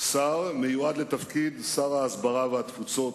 שר המיועד לתפקיד שר ההסברה והתפוצות.